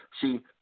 See